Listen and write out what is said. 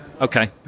okay